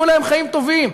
יהיו להם חיים טובים,